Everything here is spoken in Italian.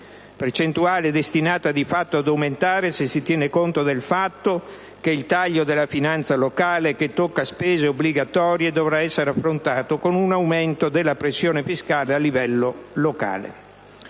percentuale è destinata di fatto ad aumentare se si tiene conto del fatto che il taglio della finanza locale, che tocca spese obbligatorie, dovrà essere affrontato con un aumento della pressione fiscale a livello locale.